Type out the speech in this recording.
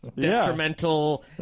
detrimental